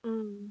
mm